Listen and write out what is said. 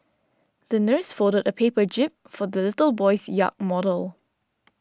the nurse folded a paper jib for the little boy's yacht model